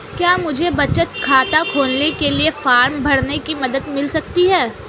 क्या मुझे बचत खाता खोलने के लिए फॉर्म भरने में मदद मिल सकती है?